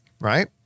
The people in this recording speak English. right